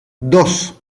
dos